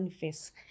face